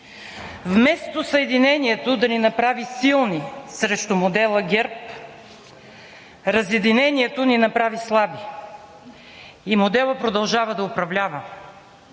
Вместо съединението да ни направи силни срещу модела ГЕРБ, разединението ни направи слаби и моделът продължава да управлява.